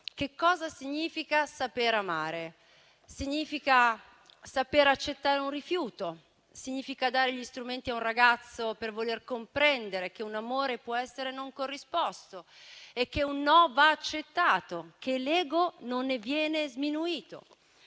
Che cosa significa saper amare? Significa saper accettare un rifiuto, significa dare gli strumenti a un ragazzo per voler comprendere che un amore può essere non corrisposto e che un "no" va accettato, che l'ego non ne viene sminuito.